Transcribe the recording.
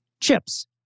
Chips